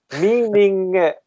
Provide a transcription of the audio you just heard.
meaning